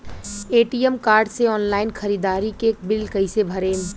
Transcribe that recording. ATM card से online ख़रीदारी के बिल कईसे भरेम?